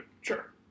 Sure